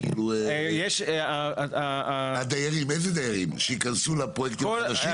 דיירים שייכנסו לפרויקטים החדשים?